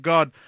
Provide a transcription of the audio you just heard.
God